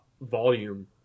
volume